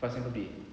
faz nya birthday